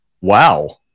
Wow